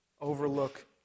overlook